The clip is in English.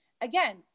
again